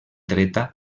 dreta